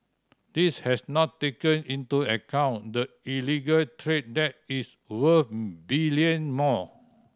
this has not taken into account the illegal trade that is worth billion more